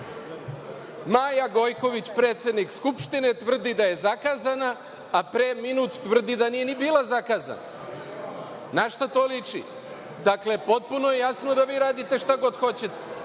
Gojković, predsednik Skupštine, tvrdi da je zakazana, a pre minut tvrdi da nije ni bila zakazana. Na šta to liči? Dakle, potpuno je jasno da vi radite šta god hoćete.